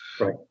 Right